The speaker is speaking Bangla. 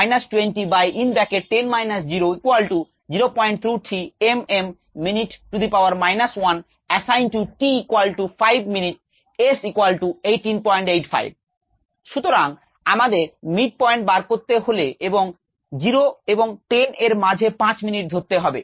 assigned to t 5 min S 1885 সুতরাং আমাদের mid point বার করতে হলে 0 এবং 10 এর মাঝে 5 মিনিট ধরতে হবে